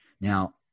Now